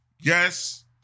Yes